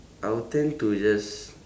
I'll tend to just